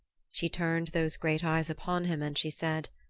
she turned those great eyes upon him and she said,